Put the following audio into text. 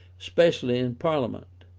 especially in parliament,